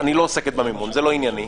זה לא ענייני.